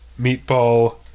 meatball